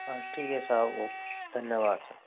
ठीक है साहब ओके धन्यवाद